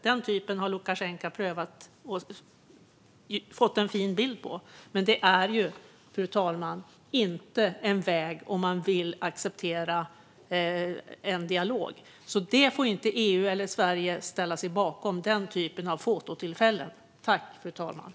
Detta har Lukasjenko har fått en fin bild på, men det är inte en väg om man vill acceptera en dialog, fru talman. Den typen av fototillfälle får EU eller Sverige inte ställa sig bakom.